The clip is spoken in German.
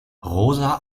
rosa